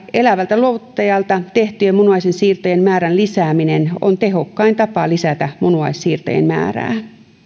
elävältä luovuttajalta tehtyjen munuaisensiirtojen määrän lisääminen on tehokkain tapa lisätä munuaissiirtojen määrää